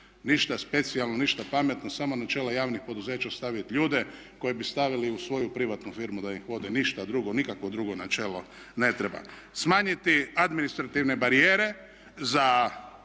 ništa specijalno, ništa pametno, samo načela javnih poduzeća ostaviti ljude koji bi stavili u svoju privatnu firmu da ih vode, ništa drugo, nikakvog drugo načelo ne treba. Smanjiti administrativne barijere za